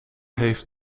heeft